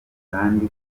kandi